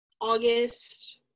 August